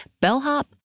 bellhop